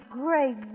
great